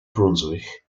brunswick